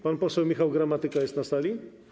Pan poseł Michał Gramatyka jest na sali?